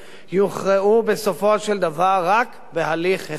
יוכרעו בסופו של דבר רק בהליך אחד: